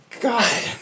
God